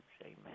Amen